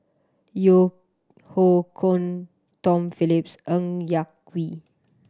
Yeo Hoe Koon Tom Phillips Ng Yak Whee